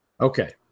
Okay